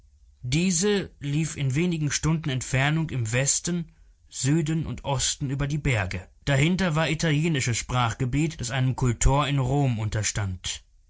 diese lief in wenigen stunden entfernung im westen süden und osten über die berge dahinter war italienisches sprachgebiet das einem kultor in rom unterstand